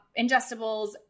ingestibles